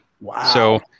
Wow